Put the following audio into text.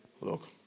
Look